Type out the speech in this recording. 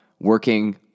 working